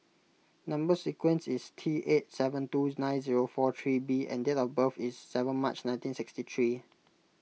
Number Sequence is T eight seven two nine zero four three B and date of birth is seven March nineteen sixty three